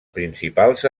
principals